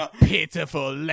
pitiful